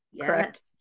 correct